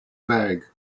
bag